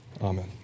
Amen